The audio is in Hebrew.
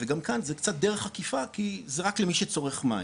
וגם כאן זה קצת דרך עקיפה כי זה רק למי שצורך מים,